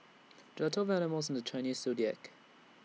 there are twelve animals in the Chinese Zodiac